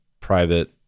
private